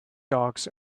dogs